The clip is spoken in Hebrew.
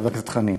חבר הכנסת חנין.